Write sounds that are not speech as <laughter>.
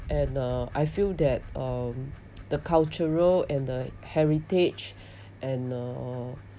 and uh I feel that um the cultural and the heritage <breath> and uh